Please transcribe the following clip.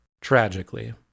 tragically